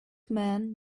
man